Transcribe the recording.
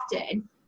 often